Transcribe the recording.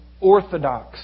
orthodox